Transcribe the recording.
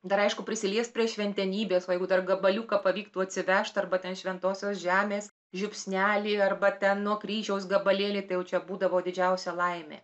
dar aišku prisiliest prie šventenybės va jeigu dar gabaliuką pavyktų atsivežt arba šventosios žemės žiupsnelį arba ten nuo kryžiaus gabalėlį tai jau čia būdavo didžiausia laimė